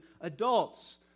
adults